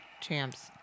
champs